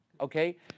okay